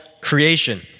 creation